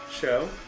show